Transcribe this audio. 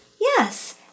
Yes